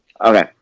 Okay